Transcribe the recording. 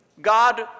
God